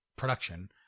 production